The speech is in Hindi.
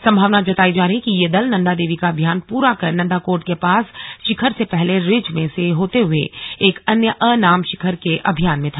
संभावना जताई जा रही है कि यह दल नंदा देवी का अभियान पूरा कर नंदा कोट के पास शिखर से पहले रिज में से होते हुए एक अन्य अनाम शिखर के अभियान में था